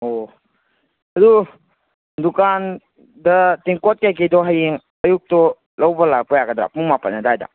ꯑꯣ ꯑꯗꯨ ꯗꯨꯀꯥꯟꯗ ꯇꯦꯡꯀꯣꯠ ꯀꯔꯤ ꯀꯔꯤꯗꯣ ꯍꯌꯦꯡ ꯑꯌꯨꯛꯇꯣ ꯂꯧꯕ ꯂꯥꯛꯄ ꯌꯥꯒꯗ꯭ꯔꯥ ꯄꯨꯡ ꯃꯥꯄꯟ ꯑꯗꯨꯋꯥꯏꯗ